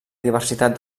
diversitat